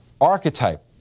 archetype